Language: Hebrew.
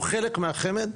הוא חלק מהחמ"ד,